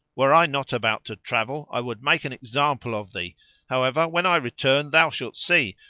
were i not about to travel i would make an example of thee however when i return thou shalt see,